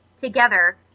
together